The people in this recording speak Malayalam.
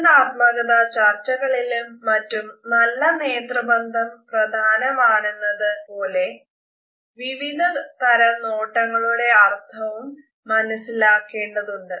സംവേദനാത്മക ചർച്ചകളിലും മറ്റും നല്ല നേത്രബന്ധം പ്രധാനമാണെന്നത് പോലെ വിവിധ തരം നോട്ടങ്ങളുടെ അർത്ഥവും മനസിലാക്കേണ്ടതുണ്ട്